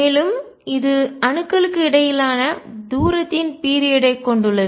மேலும் இது அணுக்களுக்கு இடையிலான தூரத்தின் பீரியட் ஐ குறித்த கால அளவு கொண்டுள்ளது